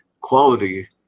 quality